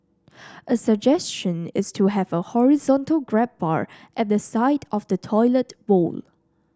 a suggestion is to have a horizontal grab bar at the side of the toilet bowl